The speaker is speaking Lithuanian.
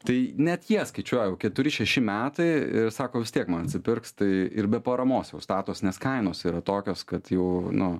tai net jie skaičiuoja keturi šeši metai sako vis tiek man atsipirks tai ir be paramos jau statos nes kainos yra tokios kad jau nu